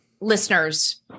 listeners